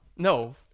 No